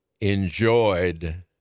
enjoyed